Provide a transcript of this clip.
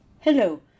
Hello